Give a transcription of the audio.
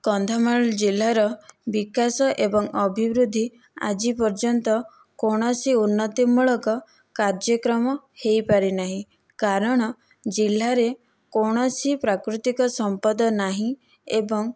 କନ୍ଧମାଳ ଜିଲ୍ଲାର ବିକାଶ ଏବଂ ଅଭିବୃଦ୍ଧି ଆଜି ପର୍ଯ୍ୟନ୍ତ କୌଣସି ଉନ୍ନତିମୂଳକ କାର୍ଯ୍ୟକ୍ରମ ହୋଇପାରିନାହିଁ କାରଣ ଜିଲ୍ଲାରେ କୌଣସି ପ୍ରାକୃତିକ ସମ୍ପଦ ନାହିଁ ଏବଂ